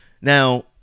Now